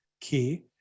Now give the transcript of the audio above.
key